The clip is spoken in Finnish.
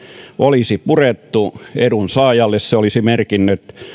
olisi purettu edunsaajalle se olisi merkinnyt